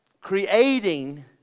creating